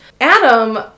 Adam